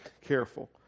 careful